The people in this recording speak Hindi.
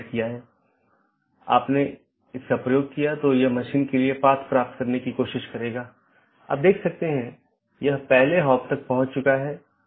हम देखते हैं कि N1 R1 AS1 है यह चीजों की विशेष रीचाबिलिटी है